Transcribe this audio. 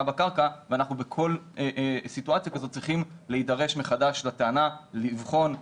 בקרקע ואנחנו בכל סיטואציה כזאת צריכים להידרש מחדש לטענה לבחון,